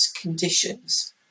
conditions